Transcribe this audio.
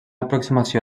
aproximació